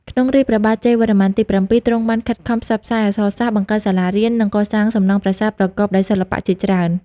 ក្នុងរាជ្យព្រះបាទជ័យវរ្ម័នទី៧ ទ្រង់បានខិតខំផ្សព្វផ្សាយអក្សរសាស្ត្រ បង្កើតសាលារៀន និងកសាងសំណង់ប្រាសាទប្រកបដោយសិល្បៈជាច្រើន។